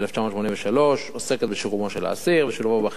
עוסקת בשיקומו של האסיר ובשילובו בחברה.